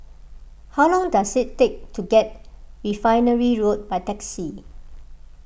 how long does it take to get Refinery Road by taxi